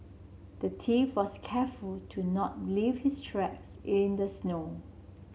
the thief was careful to not leave his tracks in the snow